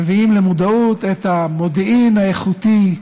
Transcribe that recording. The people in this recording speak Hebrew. מביאים למודעות את המודיעין האיכותי,